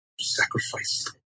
sacrifice